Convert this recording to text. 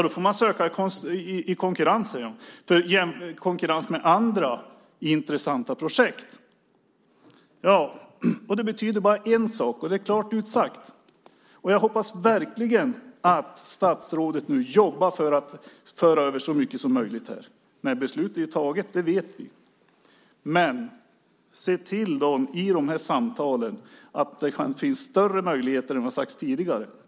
Det får man söka i konkurrens med andra intressanta projekt, säger statsrådet. Det betyder bara en sak, och det är klart utsagt. Jag hoppas verkligen att statsrådet nu jobbar för att föra över så mycket som möjligt. Men beslutet är taget, det vet vi. Men se till att det i de här samtalen ges större möjligheter än vad som har sagts tidigare.